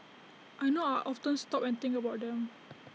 I know I'll often stop and think about them